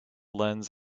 lends